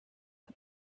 war